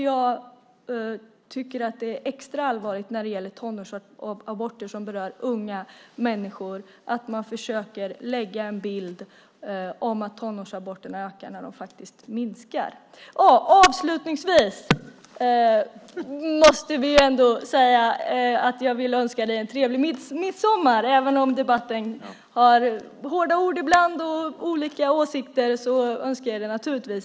Jag tycker att det är extra allvarligt att man, när det handlar om tonårsaborter som rör unga människor, försöker skapa en bild av att tonårsaborterna ökar när de faktiskt minskar. Avslutningsvis vill jag naturligtvis önska dig en trevlig midsommar, även om vi i debatten ibland har hårda ord och olika åsikter.